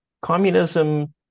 Communism